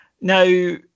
Now